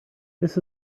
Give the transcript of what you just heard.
this